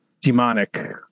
demonic